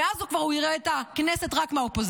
ואז הוא כבר יראה את הכנסת רק מהאופוזיציה.